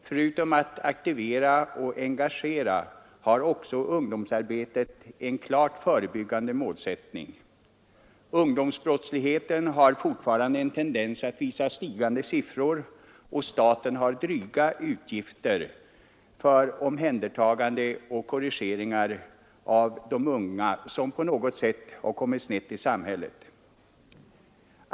Förutom att aktivera och engagera har också ungdomsarbetet en klart förebyggande målsättning. Ungdomsbrottsligheten har fortfarande en tendens att visa stigande siffror, och staten får vidkännas dryga utgifter för omhändertagande och korrigering av de unga som på något sätt har kommit snett i samhället.